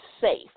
safe